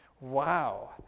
Wow